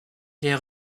les